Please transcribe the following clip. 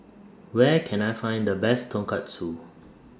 Where Can I Find The Best Tonkatsu